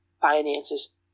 finances